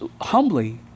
humbly